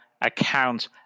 account